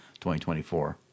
2024